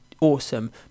awesome